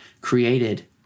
created